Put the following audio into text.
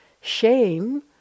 shame